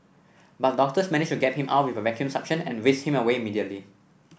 but doctors managed to get him out with a vacuum suction and whisked him away immediately